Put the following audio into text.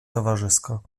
towarzysko